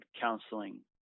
counseling